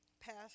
passed